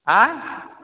आयँ